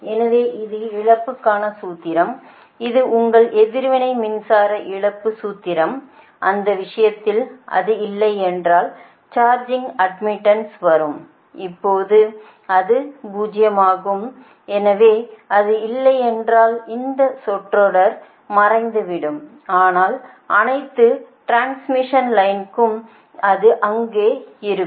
எனவே இது இழப்புக்கான சூத்திரம் இது உங்கள் எதிர்வினை மின்சார இழப்பு சூத்திரம் அந்த விஷயத்தில் அது இல்லை என்றால் சார்ஜிங் அட்மிட்டன்ஸ் வரும் அப்போது அது 0 ஆகும் அது இல்லையென்றால் இந்த சொற்றொடர் மறைந்துவிடும் ஆனால் அனைத்து டிரான்ஸ்மிஷன் லைன் களுக்கும் அது அங்கே இருக்கும்